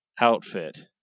outfit